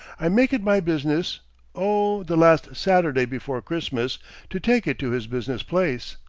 i make it my business oh the last saturday before christmas to take it to his business place.